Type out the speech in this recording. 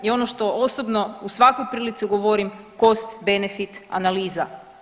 I ono što osobno u svakoj prilici govorim cost benefit analiza.